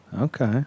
Okay